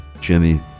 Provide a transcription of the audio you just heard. Jimmy